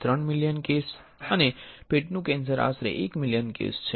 3 million case અને પેટનું cancer આશરે ૧ મિલિયન કેસ છે